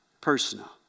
personal